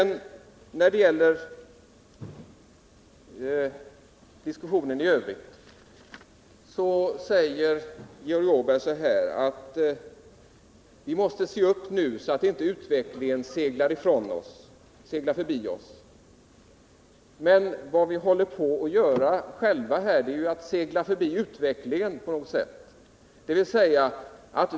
När det gäller diskussionen i övrigt säger Georg Åberg att vi nu måste se uppsså att inte utvecklingen seglar förbi oss. Men det är ju vi själva som håller på att segla förbi utvecklingen.